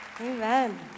Amen